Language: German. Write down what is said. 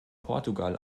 portugal